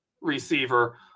receiver